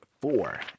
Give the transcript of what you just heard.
four